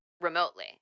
remotely